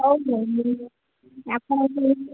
ହଉ ହଉ ହଉ ଆପଣ